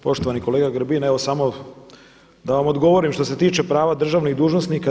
Poštovani kolega Grbin, evo samo da vam odgovorim što se tiče prava državnih dužnosnika.